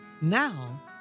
Now